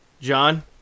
John